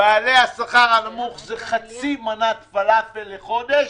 לבעלי השכר הנמוך זה חצי מנת פלאפל בחודש,